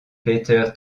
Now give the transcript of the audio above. peter